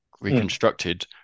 reconstructed